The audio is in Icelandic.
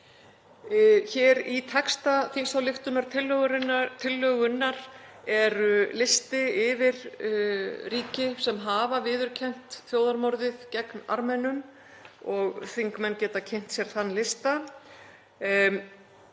Hér í texta þingsályktunartillögunnar er listi yfir ríki sem hafa viðurkennt þjóðarmorðið gegn Armenum og þingmenn geta kynnt sér þann lista.